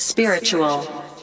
spiritual